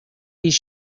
his